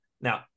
Now